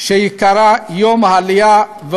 בהצעת החוק הזאת מוצע לקבוע יום ציון שנתי שייקרא יום העלייה,